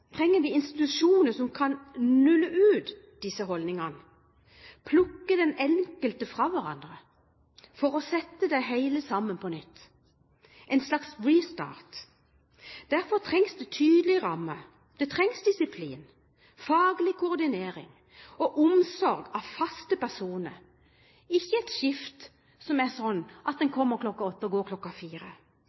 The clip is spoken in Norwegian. trenger vi institusjoner som kan nulle ut disse holdningene, plukke den enkelte fra hverandre, for så å sette det hele sammen på nytt – en slags «restart». Det trengs tydelige rammer, det trengs disiplin, faglig koordinering og omsorg av faste personer, ikke et skift som er sånn at man kommer kl. 8 og går